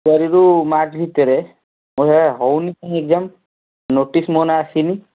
ଫେବୃଆରୀରୁ March ଭିତରେ ମୋର ହେଉନି କାଇଁ ଏକ୍ଜାମ୍ ନୋଟିସ୍ ମୋ ନାଁ ଆସିନି